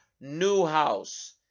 Newhouse